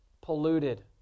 polluted